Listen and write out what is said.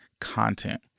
content